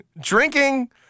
drinking